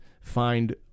find